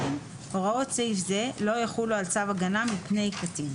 (ז)הוראות סעיף זה לא יחולו על צו הגנה מפני קטין.